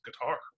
guitar